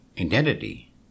identity